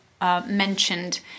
mentioned